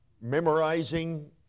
memorizing